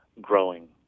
growing